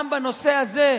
גם בנושא הזה,